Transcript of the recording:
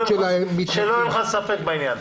שלא יהיה לך ספק בעניין.